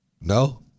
No